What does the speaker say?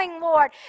Lord